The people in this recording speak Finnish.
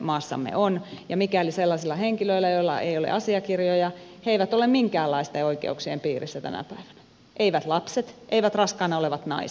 maassamme on mahdollisesti sellaisilla henkilöillä joilla ei ole asiakirjoja ja he eivät ole minkäänlaisten oikeuksien piirissä tänä päivänä eivät lapset eivät raskaana olevat naiset